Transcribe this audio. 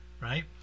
Right